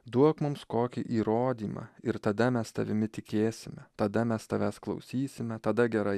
duok mums kokį įrodymą ir tada mes tavimi tikėsime tada mes tavęs klausysime tada gerai